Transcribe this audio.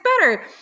better